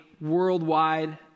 worldwide